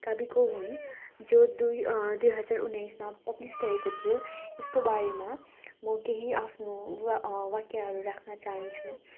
काविमोको हुन् जुन दुई दुई हजार उन्नाइसमा पब्लिस भएको थियो यसको बारेमा म केही आफ्नो वाक्यहरू राख्न चाहन्छु